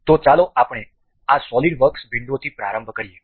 તો ચાલો આપણે આ સોલિડ વર્ક્સ વિંડોથી પ્રારંભ કરીએ